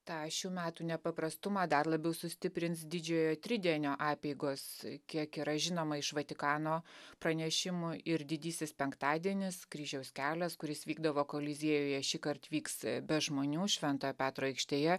tą šių metų nepaprastumą dar labiau sustiprins didžiojo tridienio apeigos kiek yra žinoma iš vatikano pranešimų ir didysis penktadienis kryžiaus kelias kuris vykdavo koliziejuje šįkart vyks be žmonių šventojo petro aikštėje